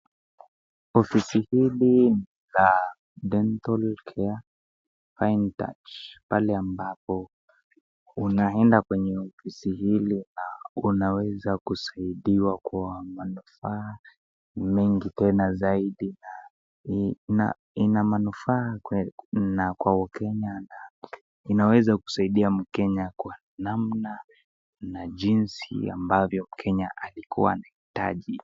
Ofisi hili ni la dental care fine touch pale ambapo unaenda kwenye ofisi hili na unaweza kusaidiwa kwa manufaa mengi tena zaidi na ina manufaa na kwa Wakenya na inaweza kusaidia Mkenya kwa namna na jinsi ambavyo Mkenya alikuwa anahitaji.